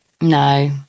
No